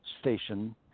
Station